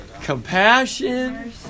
Compassion